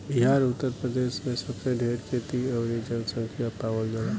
बिहार उतर प्रदेश मे सबसे ढेर खेती अउरी जनसँख्या पावल जाला